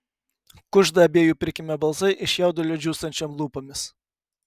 kužda abiejų prikimę balsai iš jaudulio džiūstančiom lūpomis